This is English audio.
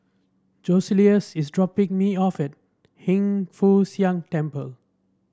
Joseluis is dropping me off at Hin Foo Siang Temple